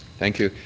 thank you.